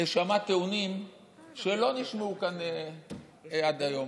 שמעו טיעונים שלא נשמעו כאן עד היום.